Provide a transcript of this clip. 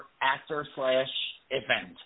actor-slash-event